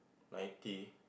ninety